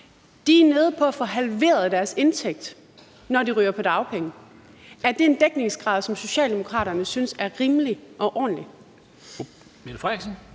De er nede på at få halveret deres indtægt, når de ryger på dagpenge. Er det en dækningsgrad, som Socialdemokraterne synes er rimelig og ordentlig? Kl.